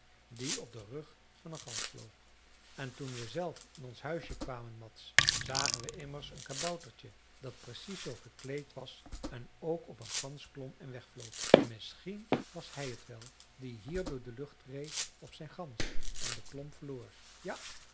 die op den rug van een gans vloog en toen we zelf in ons huisje kwamen mads zagen we immers een kaboutertje dat precies zoo gekleed was en ook op een gans klom en wegvloog misschien was hij het wel die hier door de lucht reed op zijn gans en de klomp verloor ja